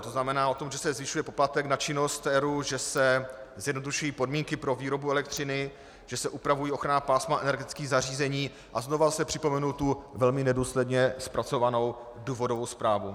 To znamená o tom, že se zvyšuje poplatek na činnosti ERÚ, že se zjednodušují podmínky pro výrobu elektřiny, že se upravují ochranná pásma energetických zařízení, a znova zase připomenu tu velmi nedůsledně zpracovanou důvodovou zprávu.